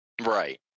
Right